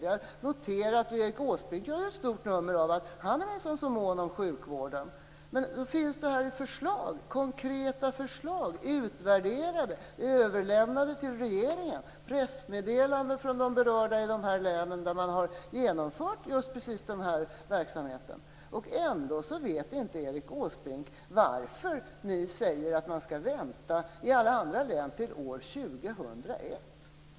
Vi har noterat att Erik Åsbrink gör ett stort nummer av att han minsann är mån om sjukvården. Det finns konkreta utvärderade förslag som överlämnats till regeringen, det finns pressmeddelanden från de berörda i de län där man har genomfört precis den här verksamheten, ändå vet inte Erik Åsbrink varför ni säger att man i alla andra län skall vänta till år 2001.